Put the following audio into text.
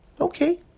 Okay